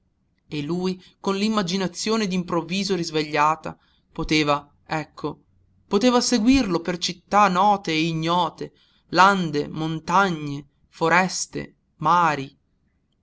e lui con l'immaginazione d'improvviso risvegliata poteva ecco poteva seguirlo per città note e ignote lande montagne foreste mari